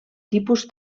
tipus